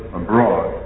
abroad